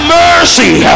mercy